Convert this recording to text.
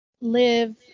live